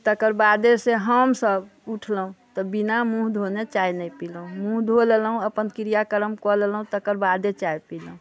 तकर बादेसँ हम सभ उठलहुँ तऽ बिना मुँह धोने चाय नहि पीलहुँ मूँह धो लेलहुँ अपन क्रिया करम कय लेलहुँ तकर बादे चाय पीलहुँ